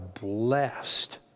blessed